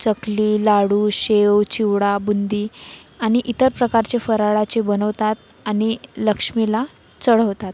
चकली लाडू शेव चिवडा बुंदी आणि इतर प्रकारचे फराळाचे बनवतात आणि लक्ष्मीला चढवतात